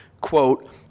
quote